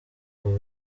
ubu